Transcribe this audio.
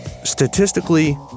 Statistically